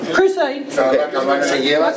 Crusade